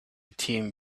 team